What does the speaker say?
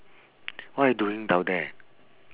what you doing down there